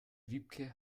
wiebke